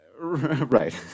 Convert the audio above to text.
Right